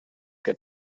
get